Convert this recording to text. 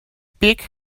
pick